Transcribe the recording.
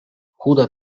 chuda